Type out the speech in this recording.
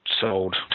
sold